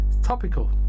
topical